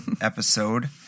episode